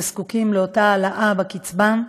שזקוקים לאותה העלאה בקצבה.